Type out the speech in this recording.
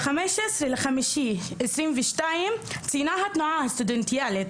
ב-15 במאי 2022 ציינה התנועה הסטודנטיאלית